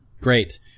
Great